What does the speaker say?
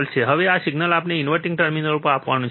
હવે આ સિગ્નલ આપણે ઇન્વર્ટીંગ ટર્મિનલ પર આપવાનું છે